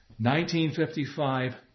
1955